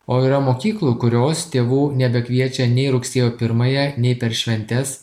o yra mokyklų kurios tėvų nebekviečia nei rugsėjo pirmąją nei per šventes